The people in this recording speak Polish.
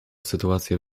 sytuacje